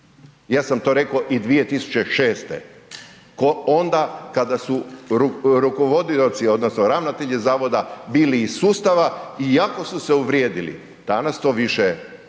ja sam to rekao i 2006. ko onda kada su rukovodioci odnosno ravnatelji zavoda bili iz sustava i jako su se uvrijedili. Danas to više nije